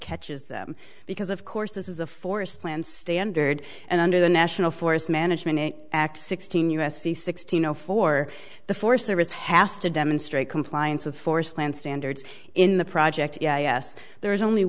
catches them because of course this is a forest plan standard and under the national forest management act sixteen u s c sixteen zero four the forest service has to demonstrate compliance with forest land standards in the project yes there is only